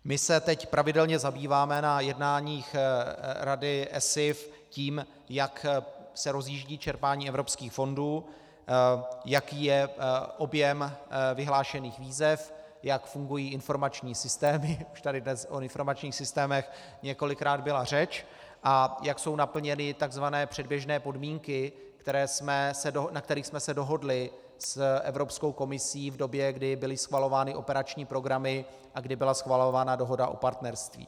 My se teď pravidelně zabýváme na jednáních Rady ESIF tím, jak se rozjíždí čerpání evropských fondů, jaký je objem vyhlášených výzev, jak fungují informační systémy, už tady dnes o informačních systémech několikrát byla řeč, a jak jsou naplněny takzvané předběžné podmínky, na kterých jsme se dohodli s Evropskou komisí v době, kdy byly schvalovány operační programy a kdy byla schvalována Dohoda o partnerství.